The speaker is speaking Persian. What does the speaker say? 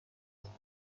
هزینه